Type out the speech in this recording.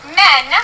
men